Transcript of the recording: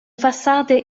fassade